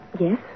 Yes